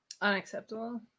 unacceptable